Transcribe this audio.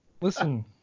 Listen